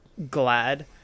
Glad